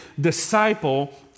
disciple